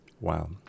wow